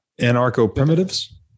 anarcho-primitives